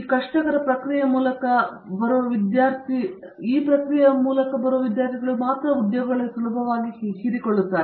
ಅಂತಹ ಪ್ರಕ್ರಿಯೆಯ ಮೂಲಕ ಬರುವ ವಿದ್ಯಾರ್ಥಿಗಳು ಉದ್ಯೋಗಗಳಲ್ಲಿ ಸುಲಭವಾಗಿ ಹೀರಿಕೊಳ್ಳುತ್ತಾರೆ